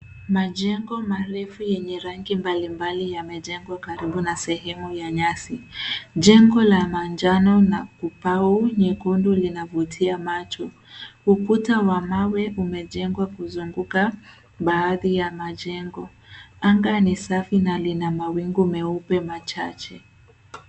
Majengo marefu yenye rangi mbalimbali yamejengwa karibu na sehemu ya nyasi. Jengo la manjano na kupau nyekundu linavuatia macho. Ukuta wa mawe umejengwa kuzunguka baadhi ya majengo. Anga ni safi na lina mawingu meupe machache.